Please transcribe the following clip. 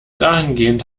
dahingehend